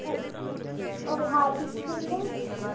अच्छा और hard disk वगैरह